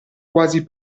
quasi